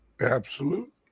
absolute